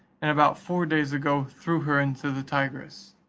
and about four days ago threw her into the tigris.